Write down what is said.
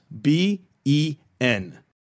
B-E-N